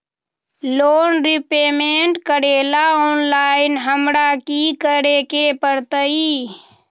Loan repayment करेला online हमरा की करे के परतई?